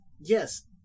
yes